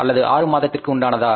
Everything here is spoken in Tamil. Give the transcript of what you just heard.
அல்லது ஆறு மாதத்திற்கு உண்டானதா